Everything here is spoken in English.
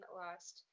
last